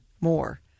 more